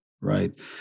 right